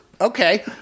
Okay